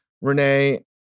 Renee